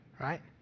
right